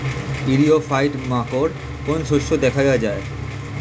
ইরিও ফাইট মাকোর কোন শস্য দেখাইয়া যায়?